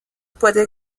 puede